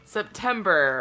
September